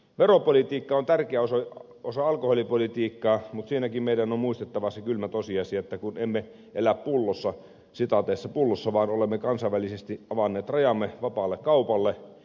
veropolitiikka on tärkeä osa alkoholipolitiikkaa mutta siinäkin meidän on muistettava se kylmä tosiasia että emme elä pullossa vaan olemme kansainvälisesti avanneet rajamme vapaalle kaupalle